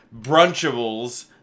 Brunchables